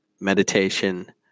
meditation